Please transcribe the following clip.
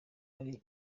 ari